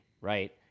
right